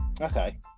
Okay